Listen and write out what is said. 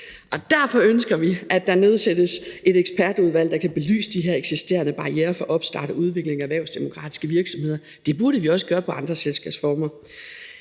Derfor ønsker vi, at der nedsættes et ekspertudvalg, der kan belyse de her eksisterende barrierer for opstart og udvikling af erhvervsdemokratiske virksomheder. Det burde vi også gøre for andre selskabsformer.